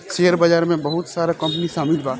share बाजार में बहुत सारा कंपनी शामिल बा